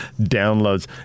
downloads